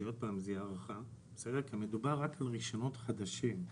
שהיא הערכה כי מדובר רק על רישיונות חדשים.